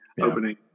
opening